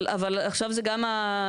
אבל עכשיו זה גם האינפלציה.